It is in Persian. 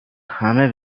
همه